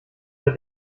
der